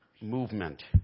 movement